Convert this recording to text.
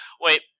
Wait